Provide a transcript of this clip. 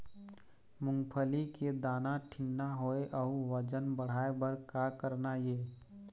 मूंगफली के दाना ठीन्ना होय अउ वजन बढ़ाय बर का करना ये?